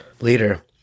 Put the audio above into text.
Leader